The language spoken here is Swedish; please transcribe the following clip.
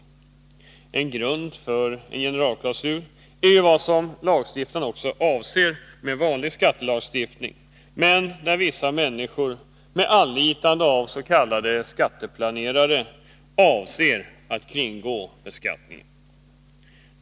En grund för en generalklausul är ju också vad lagstiftaren avser med vanlig skattelagstiftning, som dock vissa människor, med anlitande av s.k. skatteplanerare, avser att kringgå.